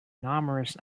numerous